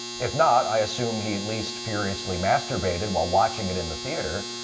if not, i assume he at least furiously masturbated while watching it in the theater.